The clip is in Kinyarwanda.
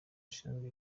ushinzwe